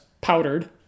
powdered